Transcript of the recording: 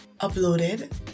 uploaded